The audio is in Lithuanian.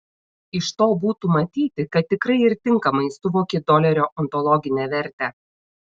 iš to būtų matyti kad tikrai ir tinkamai suvoki dolerio ontologinę vertę